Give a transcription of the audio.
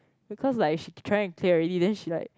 because like she trying to clear already then she like